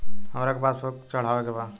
हमरा के पास बुक चढ़ावे के बा?